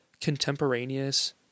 contemporaneous